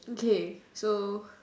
okay so